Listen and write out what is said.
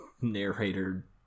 narrator